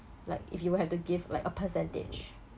like if you will have to give like a percentage